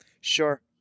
Sure